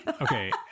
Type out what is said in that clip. Okay